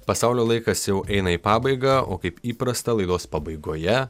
pasaulio laikas jau eina į pabaigą o kaip įprasta laidos pabaigoje